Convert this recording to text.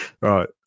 right